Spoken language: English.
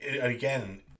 again